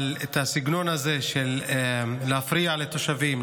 אבל הסגנון הזה של להפריע לתושבים,